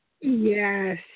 Yes